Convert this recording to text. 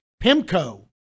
PIMCO